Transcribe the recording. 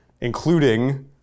including